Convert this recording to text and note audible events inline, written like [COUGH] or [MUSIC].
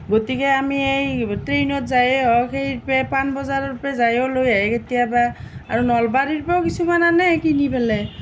গতিকে আমি এই ট্ৰেইনত যায়ে হওক সেই [UNINTELLIGIBLE] পাণ বজাৰৰ পৰা যায়ো লৈ আহে কেতিয়াবা আৰু নলবাৰীৰ পৰাও কিছুমান আনে কিনি পেলাই